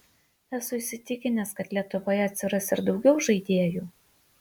esu įsitikinęs kad lietuvoje atsiras ir daugiau žaidėjų